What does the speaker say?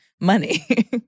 money